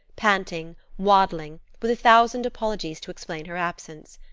panting, waddling, with a thousand apologies to explain her absence.